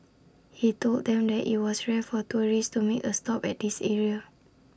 he told them that IT was rare for tourists to make A stop at this area